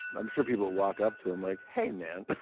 i'm sure people walk up to him, like, hey, man